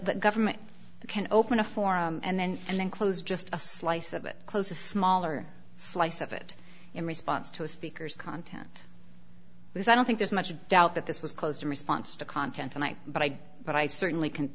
the government can open a forum and then and then close just a slice of it close a smaller slice of it in response to a speaker's content because i don't think there's much doubt that this was closed in response to content tonight but i but i certainly can